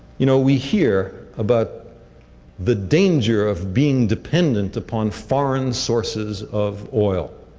you know, we hear about the danger of being dependent upon foreign sources of oil.